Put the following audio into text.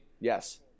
Yes